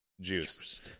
juiced